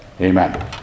Amen